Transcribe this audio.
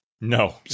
No